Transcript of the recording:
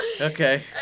Okay